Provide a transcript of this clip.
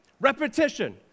Repetition